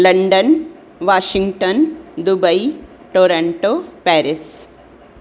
London Washington Dubai Toronto Paris